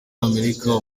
amerika